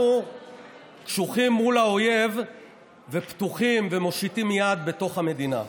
אנחנו קשוחים מול האויב ופתוחים ומושיטים יד בתוך המדינה.